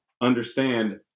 understand